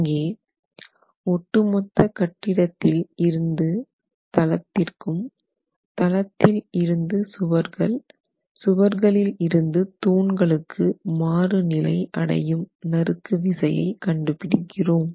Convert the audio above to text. இங்கே ஒட்டுமொத்த கட்டிடத்தில் இருந்து தளத்திற்கும் தளத்தில் இருந்து சுவர்கள் சுவர்களில் இருந்து தூண்களுக்கு மாறு நிலை அடையும் நறுக்கு விசையை கண்டுபிடிக்கிறோம்